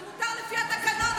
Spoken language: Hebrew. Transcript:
זה מותר לפי התקנון,